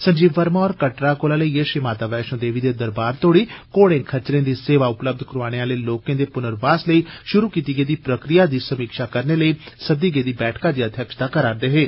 संजीव वर्मा होर कटड़ा कोला लेड़यै श्री माता वैष्णो देवी दे दरबार तोड़ी घोड़े खच्चरे दी सेवा उपलब्ध कराने आलें लोकें दे पनर्वास लेई शुरु कीती गेदी प्रक्रिया दी समीक्षा करने लेई सद्दी गेदी बैठका दी अध्यक्षता करा रदे हे